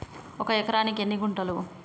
ఒక ఎకరానికి ఎన్ని గుంటలు?